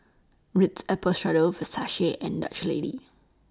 Ritz Apple Strudel Versace and Dutch Lady